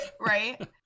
Right